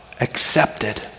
accepted